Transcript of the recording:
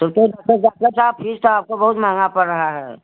तब तो doctor doctor साहब फीस तो आपका बहुत महंगा पड़ रहा है